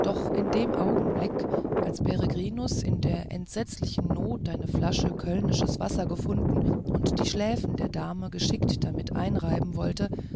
doch in dem augenblick als peregrinus in der entsetzlichen not eine flasche kölnisches wasser gefunden und die schläfe der dame geschickt damit einreiben wollte